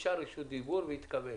ביקשה רשות דיבור והיא תקבל.